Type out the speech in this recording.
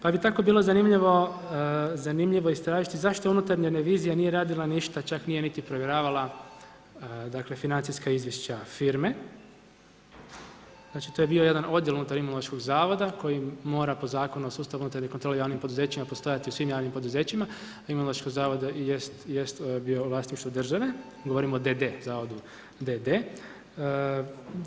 Pa bi tako zanimljivo istražiti zašto unutarnja revizija nije radila ništa, čak nije niti provjeravala financijska izvješća firme, znači to je bio jedna odjel unutar Imunološkog zavoda koji mora po Zakonu o sustavu unutarnje kontrole u javnim poduzećima postojati u svim javnim poduzećima Imunološkog zavoda jest bio u vlasništvu države, govorimo o d.d., o zavodu d.d.